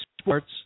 Sports